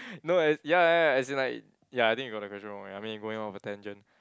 no as ya ya ya as in like ya I think you got the question wrong already I mean you going off a tangent